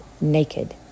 naked